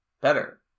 better